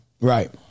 Right